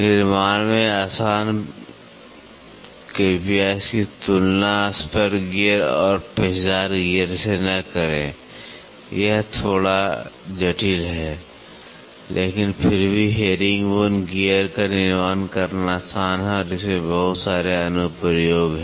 निर्माण में आसान कृपया इसकी तुलना स्पर गियर और पेचदार गियर से न करें यह थोड़ा जटिल है लेकिन फिर भी हेरिंगबोन गियर का निर्माण करना आसान है और इसमें बहुत सारे अनुप्रयोग हैं